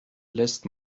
lässt